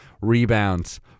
rebounds